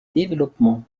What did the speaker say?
développement